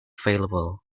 available